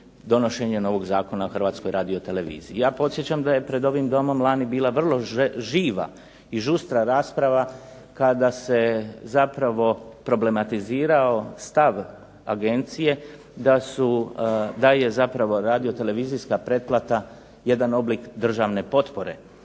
donošenje novog Zakona o Hrvatskoj radioteleviziji. Ja podsjećam da je pred ovim Domom lani bila vrlo živa i žustra rasprava kada se zapravo problematizirao stav agencije da je zapravo radiotelevizijska pretplata jedan oblik državne potpore.